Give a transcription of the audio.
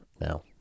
now